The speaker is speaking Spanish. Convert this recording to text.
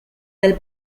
del